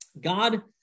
God